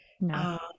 No